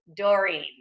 Doreen